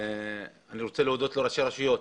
אני רוצה להודות לראשי הרשויות